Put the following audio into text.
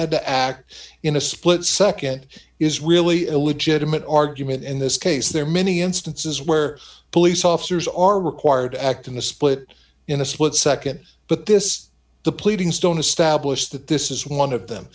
had to act in a split nd is really a legitimate argument in this case there are many instances where police officers are required to act in the split in a split nd but this the pleadings don't establish that this is one of them